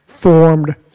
formed